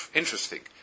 interesting